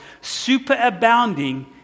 superabounding